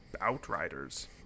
Outriders